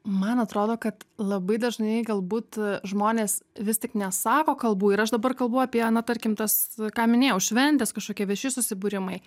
man atrodo kad labai dažnai galbūt žmonės vis tik nesako kalbų ir aš dabar kalbu apie na tarkim tas ką minėjau šventės kažkokie vieši susibūrimai